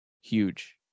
huge